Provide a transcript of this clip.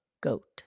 goat